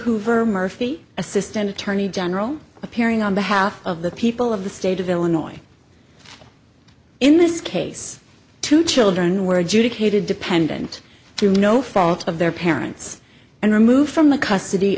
hoover murphy assistant attorney general appearing on behalf of the people of the state of illinois in this case two children were adjudicated dependent to no fault of their parents and removed from the custody